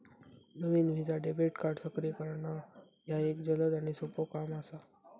नवीन Visa debit card सक्रिय करणा ह्या एक जलद आणि सोपो काम असा